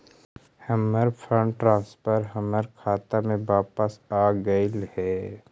हमर fund transfer हमर खाता में वापस आगईल हे